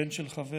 בן של חבר.